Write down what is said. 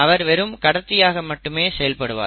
அவர் வெறும் கடத்தியாக மட்டுமே செயல் படுவார்